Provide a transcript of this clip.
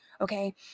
okay